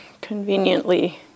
conveniently